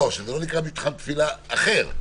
שזה לא נקרא מתחם תפילה אחר,